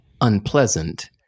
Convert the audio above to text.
unpleasant